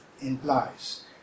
implies